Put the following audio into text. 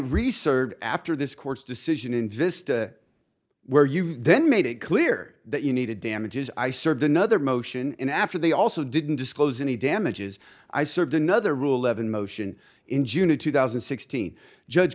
researched after this court's decision in vista where you then made it clear that you needed damages i served another motion and after they also didn't disclose any damages i served another ruhleben motion in june of two thousand and sixteen judge